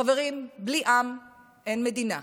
חברים, בלי עם אין מדינה.